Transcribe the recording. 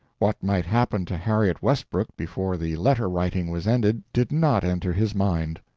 what might happen to harriet westbrook before the letter-writing was ended did not enter his mind.